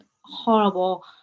Horrible